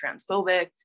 transphobic